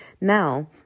Now